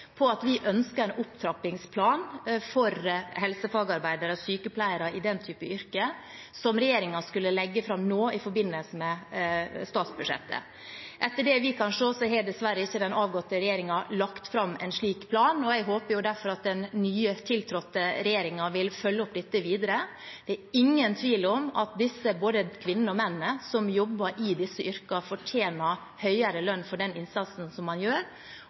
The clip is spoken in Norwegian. på at vi ønsket en opptrappingsplan for helsefagarbeidere og sykepleiere, den typen yrker, og at regjeringen skulle legge det fram nå i forbindelse med statsbudsjettet. Etter det vi kan se, har den avgåtte regjeringen dessverre ikke lagt fram en slik plan, og jeg håper derfor at den nylig tiltrådte regjeringen vil følge opp dette videre. Det er ingen tvil om at disse både kvinnene og mennene som jobber i disse yrkene, fortjener høyere lønn for den innsatsen de gjør.